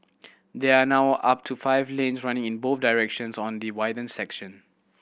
there are now up to five lanes running in both directions on the widened section